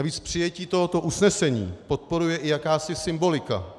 Navíc přijetí tohoto usnesení podporuje i jakási symbolika.